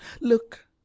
look